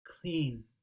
clean